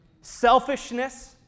Selfishness